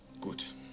Gut